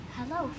Hello